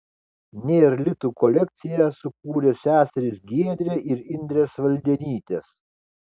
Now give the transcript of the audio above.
nėr litų kolekciją sukūrė seserys giedrė ir indrė svaldenytės